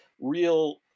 real